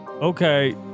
Okay